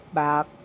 back